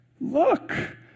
Look